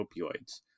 opioids